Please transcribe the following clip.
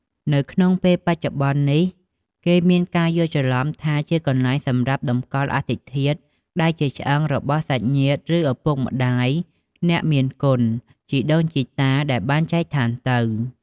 នៅក្នុងពេលបច្ចុប្បន្ននេះគេមានការយល់ច្រលំថាជាកន្លែងសម្រាប់តម្កល់អដ្ឋិធាតុ ដែលជាឆ្អឹង របស់សាច់ញាតិ ឬឪពុកម្ដាយ អ្នកមានគុណ ជីដូនជីតាដែលបានចែកឋានទៅ។